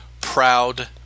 Proud